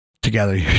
together